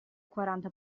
quaranta